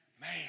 Man